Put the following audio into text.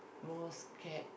most scared